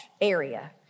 area